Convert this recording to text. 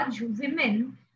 women